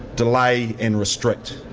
delay and restrict.